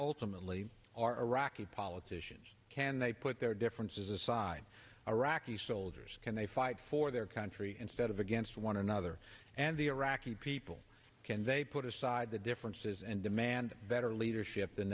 ultimately are iraqi politicians can they put their differences aside iraqi soldiers can they fight for their country instead of against one another and the iraqi people can they put aside the differences and demand better leadership the